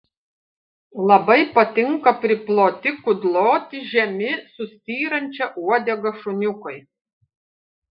labai patinka priploti kudloti žemi su styrančia uodega šuniukai